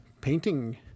painting